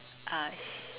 us